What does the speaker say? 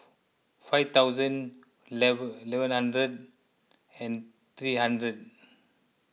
five thousand eleven eleven hundred and three hundred